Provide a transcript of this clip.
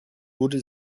wurde